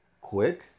quick